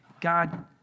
God